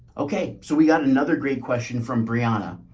okay, so we got another great question from brianna.